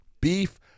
beef